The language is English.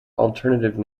alternative